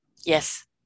Yes